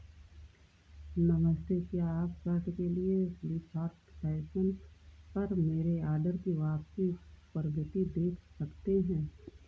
नमस्ते क्या आप सर्ट के लिए फ्लिपकार्ट फैसन पर मेरे आडर की वापसी प्रगति देख सकते हैं